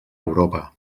europa